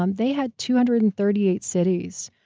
um they had two hundred and thirty eight cities,